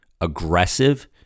aggressive